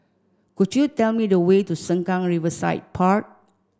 could you tell me the way to Sengkang Riverside Park